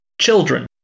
children